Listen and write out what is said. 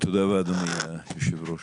תודה רבה, אדוני היושב ראש.